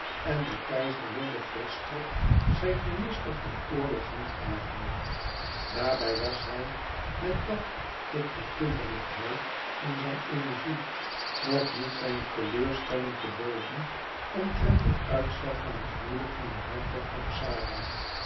en de keizer wilde volstrekt zijn minister van oorlog handhaven daarbij was hij met dat tikje kinderlijkheid in zijne energie nog niet zijne teleurstelling te boven omtrent het uitstel van het huwelijk van den hertog van xara